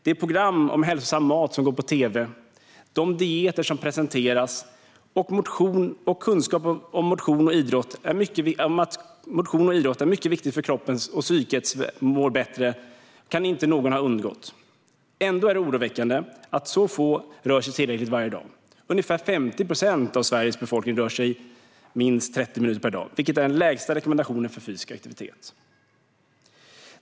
De program om hälsosam mat som går på tv, de dieter som presenteras och kunskapen om att motion och idrott är mycket viktigt för att kroppen och psyket ska må bättre kan inte ha undgått någon. Då är det oroväckande att så få rör sig tillräckligt varje dag. Ungefär 50 procent av Sveriges befolkning rör sig minst 30 minuter per dag, vilket är den lägsta rekommendationen för fysisk aktivitet.